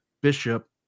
bishop